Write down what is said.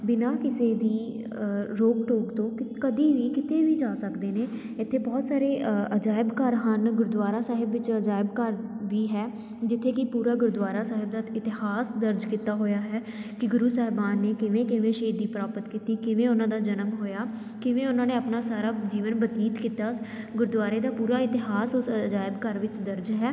ਬਿਨਾਂ ਕਿਸੇ ਦੀ ਰੋਕ ਟੋਕ ਤੋਂ ਕਿ ਕਦੀ ਵੀ ਕਿਤੇ ਵੀ ਜਾ ਸਕਦੇ ਨੇ ਇੱਥੇ ਬਹੁਤ ਸਾਰੇ ਅਜਾਇਬ ਘਰ ਹਨ ਗੁਰਦੁਆਰਾ ਸਾਹਿਬ ਵਿੱਚ ਅਜਾਇਬ ਘਰ ਵੀ ਹੈ ਜਿੱਥੇ ਕਿ ਪੂਰਾ ਗੁਰਦੁਆਰਾ ਸਾਹਿਬ ਦਾ ਇਤਿਹਾਸ ਦਰਜ ਕੀਤਾ ਹੋਇਆ ਹੈ ਕਿ ਗੁਰੂ ਸਾਹਿਬਾਨ ਨੇ ਕਿਵੇਂ ਕਿਵੇਂ ਸ਼ਹੀਦੀ ਪ੍ਰਾਪਤ ਕੀਤੀ ਕਿਵੇਂ ਉਹਨਾਂ ਦਾ ਜਨਮ ਹੋਇਆ ਕਿਵੇਂ ਉਹਨਾਂ ਨੇ ਆਪਣਾ ਸਾਰਾ ਜੀਵਨ ਬਤੀਤ ਕੀਤਾ ਗੁਰਦੁਆਰੇ ਦਾ ਪੂਰਾ ਇਤਿਹਾਸ ਉਸ ਅਜਾਇਬ ਘਰ ਵਿੱਚ ਦਰਜ ਹੈ